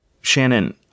Shannon